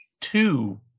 two